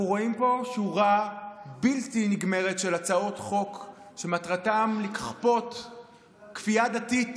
אנחנו רואים פה שורה בלתי נגמרת של הצעות חוק שמטרתן לכפות כפייה דתית,